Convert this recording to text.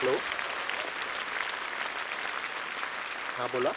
hello हां बोला